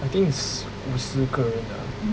I think is 五十个人 ah